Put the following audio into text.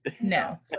No